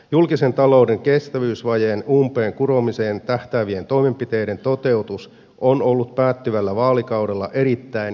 julkisen talouden kestävyysvajeen umpeen kuromiseen tähtäävien toimenpiteiden toteutus on ollut päättyvällä vaalikaudella erittäin hidasta